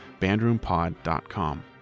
bandroompod.com